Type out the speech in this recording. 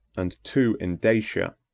and two in dacia.